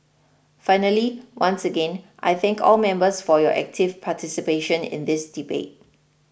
finally once again I thank all members for your active participation in this debate